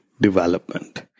development